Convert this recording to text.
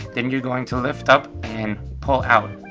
then you're going to lift up and pull out.